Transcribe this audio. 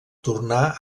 tornà